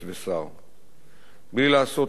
בלי לעשות חשבון של "מה כדאי לי?"